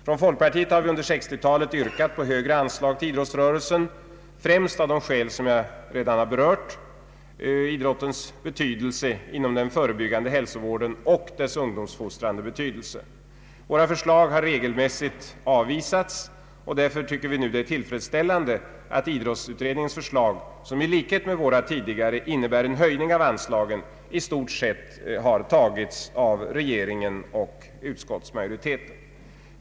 Från folkpartieis sida har vi under 1960-talet yrkat på högre anslag till idrottsrörelsen, främst av de skäl som jag redan berört, nämligen idrottens betydelse, den förebyggande hälsovården och dess ungdomsfostrande betydelse. Våra förslag har regelmässigt avvisats, och vi tycker därför nu att det är tillfredsställande att idroitsutiredningens förslag, som i likhet med våra tidigare förslag innebär en höjning av anslagen, i stort sett har antagits av regeringen och utskottsmajoriteten.